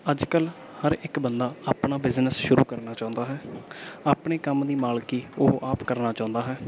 ਅੱਜ ਕੱਲ੍ਹ ਹਰ ਇੱਕ ਬੰਦਾ ਆਪਣਾ ਬਿਜ਼ਨਸ ਸ਼ੁਰੂ ਕਰਨਾ ਚਾਹੁੰਦਾ ਹੈ ਆਪਣੇ ਕੰਮ ਦੀ ਮਾਲਕੀ ਉਹ ਆਪ ਕਰਨਾ ਚਾਹੁੰਦਾ ਹੈ